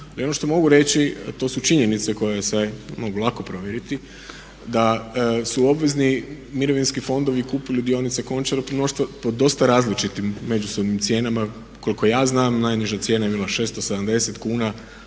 ono što mogu reći to su činjenice koje se mogu lako provjeriti da su obvezni mirovinski fondovi kupili dionice Končara po dosta različitim međusobnim cijenama. Koliko ja znam najniža cijena je bila 670 kuna,